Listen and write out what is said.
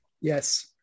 Yes